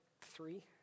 three